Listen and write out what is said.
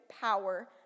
power